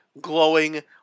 glowing